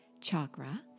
chakra